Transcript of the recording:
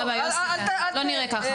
זה לא נראה ככה.